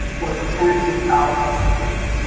or the tens of thousands of conditions